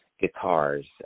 guitars